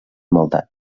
maldat